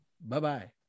Bye-bye